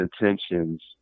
intentions